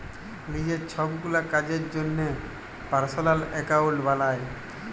লিজের ছবগুলা কাজের জ্যনহে পার্সলাল একাউল্ট বালায়